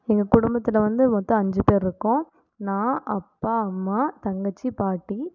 எங்கள் குடும்பத்தில் வந்து மொத்தம் அஞ்சு பேர் இருக்கோம் நான் அப்பா அம்மா தங்கச்சி பாட்டி